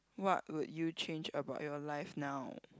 what would you change about your life now